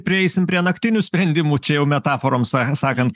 prieisim prie naktinių sprendimų čia jau metaforom sa sakant